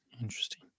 Interesting